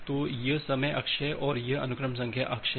तो यह समय अक्ष है और यह अनुक्रम संख्या अक्ष है